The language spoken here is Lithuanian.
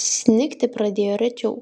snigti pradėjo rečiau